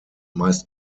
meist